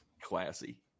Classy